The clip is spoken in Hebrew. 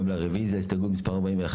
הרוויזיה על הסתייגות מספר 43?